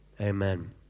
Amen